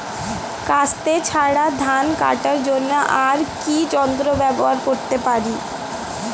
কাস্তে ছাড়া ধান কাটার জন্য আর কি যন্ত্র ব্যবহার করতে পারি?